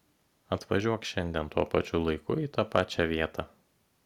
atvažiuok šiandien tuo pačiu laiku į tą pačią vietą